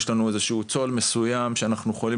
יש לנו איזשהו --- מסוים שאנחנו יכולים